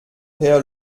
herr